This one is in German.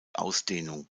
ausdehnung